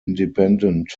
independent